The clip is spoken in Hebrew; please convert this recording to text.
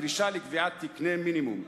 דרישה לקבוע תקני מינימום,